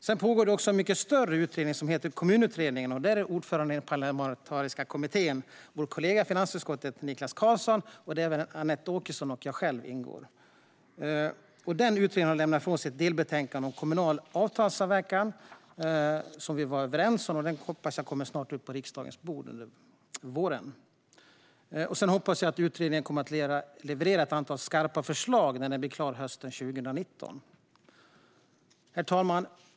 Det pågår också en mycket större utredning, Kommunutredningen. Ordförande i den parlamentariska kommittén är vår kollega i finansutskottet Niklas Karlsson, och även Anette Åkesson och jag själv ingår i denna. Utredningen har lämnat ifrån sig ett delbetänkande om kommunal avtalssamverkan, ett område som vi var överens om. Jag hoppas att delbetänkandet kommer upp på riksdagens bord under våren. Jag hoppas även att utredningen kommer att kunna leverera ett antal skarpa förslag när den blir klar hösten 2019. Herr talman!